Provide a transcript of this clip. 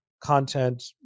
content